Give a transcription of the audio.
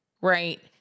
right